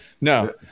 No